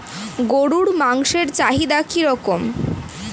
গরুর মাংসের চাহিদা কি রকম?